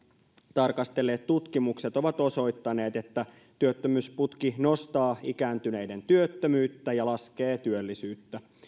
tarkastelleet tutkimukset ovat osoittaneet että työttömyysputki nostaa ikääntyneiden työttömyyttä ja laskee työllisyyttä